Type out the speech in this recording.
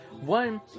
one